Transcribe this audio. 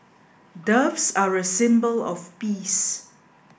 doves are a symbol of peace